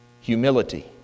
humility